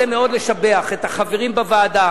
אני רוצה מאוד לשבח את החברים בוועדה,